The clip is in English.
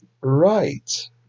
Right